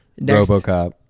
robocop